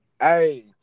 Hey